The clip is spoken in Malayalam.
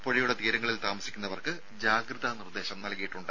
പുഴയുടെ തീരങ്ങളിൽ താമസിക്കുന്നവർക്ക് ജാഗ്രതാ നിർദ്ദേശം നൽകിയിട്ടുണ്ട്